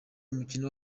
umukino